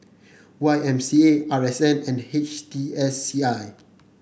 Y M C A R S N and H T S C I